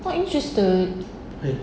not interested